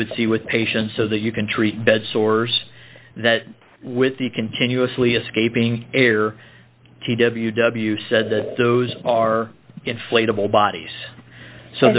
would see with patients so that you can treat bed sores that with the continuously escaping air t w w said that those are inflatable bodies so